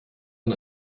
man